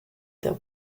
teu